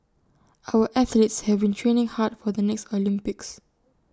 our athletes have been training hard for the next Olympics